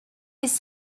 his